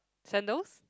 sandals